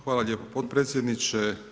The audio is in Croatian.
Hvala lijepo potpredsjedniče.